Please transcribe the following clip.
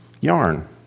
yarn